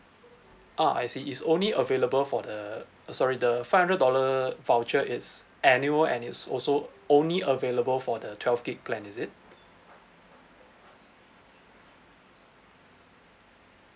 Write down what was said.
ah I see it's only available for the sorry the five hundred dollar voucher it's annual and it's also only available for the twelve gig plan is it